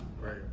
Right